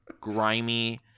grimy